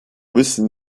müssen